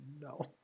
no